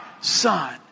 son